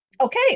Okay